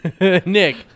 nick